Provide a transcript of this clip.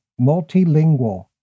multilingual